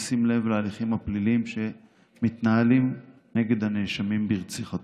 בשים לב להליכים הפליליים שמתנהלים נגד הנאשמים ברציחתו.